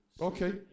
Okay